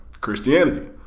Christianity